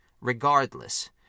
Regardless